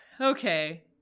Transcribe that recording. Okay